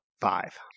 five